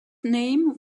name